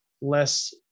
less